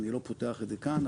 אני לא פותח את זה כאן,